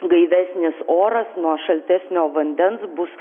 gaivesnis oras nuo šaltesnio vandens bus